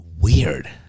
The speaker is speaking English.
Weird